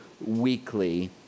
weekly